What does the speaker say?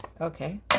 Okay